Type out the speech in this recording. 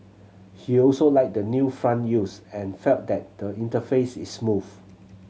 he also liked the new font used and felt that the interface is smooth